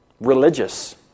religious